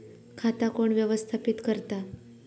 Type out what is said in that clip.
खाता कोण व्यवस्थापित करता?